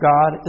God